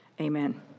Amen